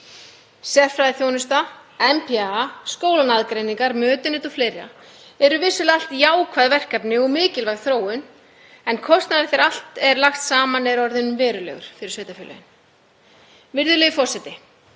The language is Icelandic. Sérfræðiþjónusta, NPA, skóli án aðgreiningar, mötuneyti o.fl. eru vissulega allt jákvæð verkefni og mikilvæg þróun en kostnaðurinn þegar allt er lagt saman er orðinn verulegur fyrir sveitarfélögin. Virðulegi forseti.